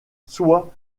soit